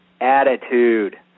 attitude